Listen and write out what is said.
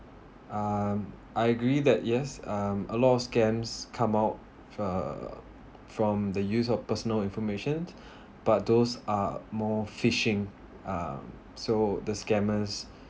um I agree that yes um a lot of scams come out uh from the use of personal information but those are more fishing um so the scammers